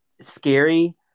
scary